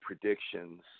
predictions